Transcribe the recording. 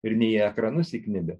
ir ne į ekranus įkniubę